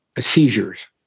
seizures